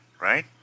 right